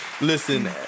Listen